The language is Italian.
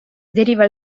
deriva